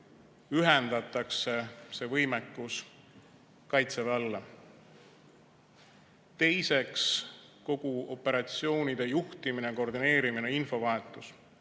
ühendatakse see võimekus Kaitseväe alla. Teiseks, kogu operatsioonide juhtimine, koordineerimine ja infovahetus.